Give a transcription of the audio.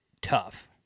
tough